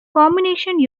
combinations